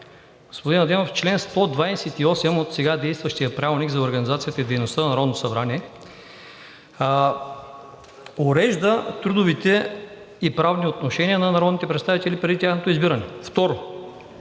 господин Адемов, чл. 128 от сега действащия Правилник за организацията и дейността на Народното събрание урежда трудовите и правни отношения на народните представители преди тяхното избиране. Второ,